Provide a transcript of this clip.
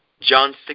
John